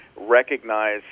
recognize